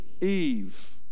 Eve